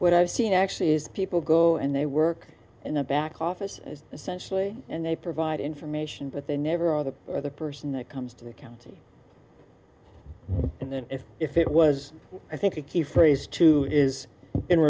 what i've seen actually is people go and they work in a back office essentially and they provide information but they never are the or the person that comes to the county and then if if it was i think the key phrase too is in